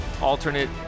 alternate